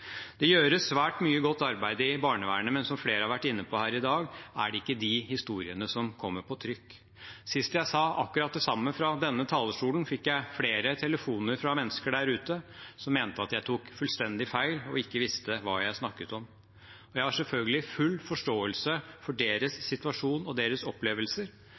Det gjøres svært mye godt arbeid i barnevernet, men som flere har vært inne på her i dag, er det ikke de historiene som kommer på trykk. Sist jeg sa akkurat det samme fra denne talerstolen, fikk jeg flere telefoner fra mennesker der ute som mente at jeg tok fullstendig feil og ikke visste hva jeg snakket om. Jeg har selvfølgelig full forståelse for deres situasjon og deres opplevelser.